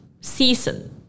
season